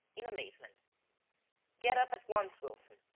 in amazement get up at once, wilson,